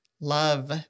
love